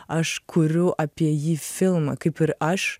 aš kuriu apie jį filmą kaip ir aš